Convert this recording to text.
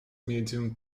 medium